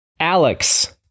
Alex